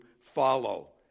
follow